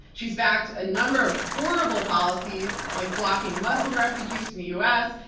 she's backed a number of horrible policies, like blocking muslim refugees to the u. s,